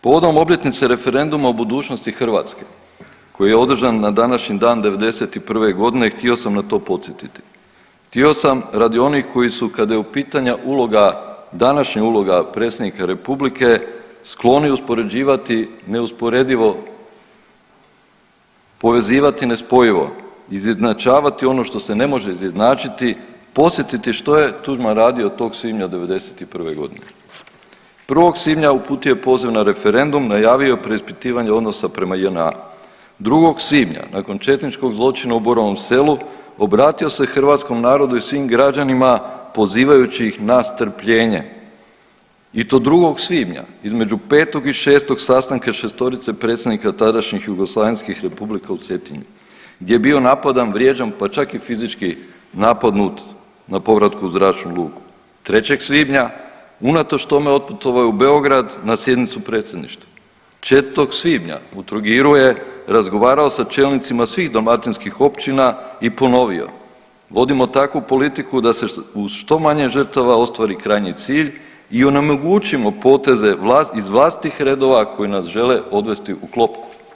Povodom obljetnice referenduma o budućnosti Hrvatske koji je održan na današnji dan '91.g. htio sam na to podsjetiti, htio sam radi onih koji su kada je u pitanju uloga današnja uloga predsjednika Republike skloni uspoređivati neusporedivo povezivati nespojivo, izjednačavati ono što se ne može izjednačiti, podsjetiti što je Tuđman radio tog svibnja '91., 1. svibnja upozorio je na referendum, najavio preispitivanje odnosa prema JNA, 2. svibnja nakon četničkog zločina u Borovom Selu obratio se hrvatskom narodu i svim građanima pozivajući ih na strpljenje i to 2. svibnja između 5. i 6. sastanka šestorice predsjednika tadašnjih jugoslavenskih republika u Cetinju gdje je bio napadan, vrijeđan pa čak i fizički napadnut na povratku u zračnu luku, 3. svibnja unatoč tome otputovao je u Beograd na sjednicu predsjedništva, 4. svibnja u Trogiru je razgovarao sa čelnicima svih dalmatinskih općina i ponovio vodimo takvu politiku da se uz što manje žrtava ostvari krajnji cilj i onemogućimo poteze iz vlastitih redova koji nas žele odvesti u klopku.